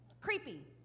Creepy